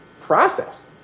process